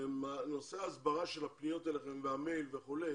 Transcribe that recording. בנושא ההסברה של הפניות אלכם והמייל וכולי